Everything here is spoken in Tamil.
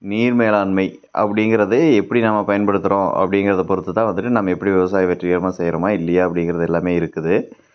நீர் மேலாண்மை அப்படிங்கிறது எப்படி நம்ம பயன்படுத்துகிறோம் அப்படிங்கிறத பொறுத்துதான் வந்துவிட்டு நம்ம எப்படி விவசாயம் வெற்றிகரமாக செய்கிறோமா இல்லையா அப்படிங்கறது எல்லாம் இருக்குது